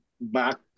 back